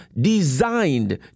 designed